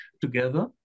together